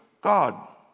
God